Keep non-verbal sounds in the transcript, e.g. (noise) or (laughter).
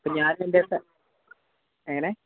അപ്പം ഞാൻ (unintelligible) എങ്ങനെ